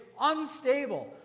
unstable